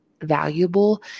valuable